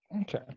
okay